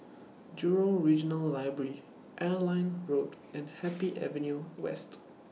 Jurong Regional Library Airline Road and Happy Avenue West